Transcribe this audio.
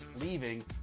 leaving